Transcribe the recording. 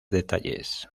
detalles